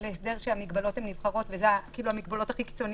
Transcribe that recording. להסדר שהמגבלות הן המגבלות הכי קיצוניות,